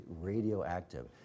radioactive